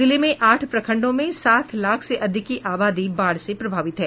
जिले में आठ प्रखंडों में सात लाख से अधिक की आबादी बाढ़ से प्रभावित है